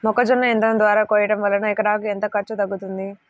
మొక్కజొన్న యంత్రం ద్వారా కోయటం వలన ఎకరాకు ఎంత ఖర్చు తగ్గుతుంది?